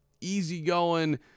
easy-going